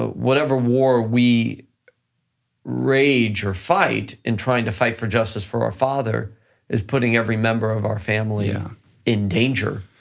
ah whatever war we rage or fight and trying to fight for justice for our father is putting every member of our family ah in danger,